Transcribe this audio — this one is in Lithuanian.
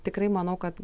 tikrai manau kad